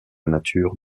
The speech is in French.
nature